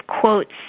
quotes